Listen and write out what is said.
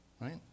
Right